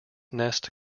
nest